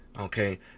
Okay